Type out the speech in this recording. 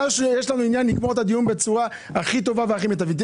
יש לנו עניין לסיים את הדיון בצורה הכי טובה והכי מיטבית.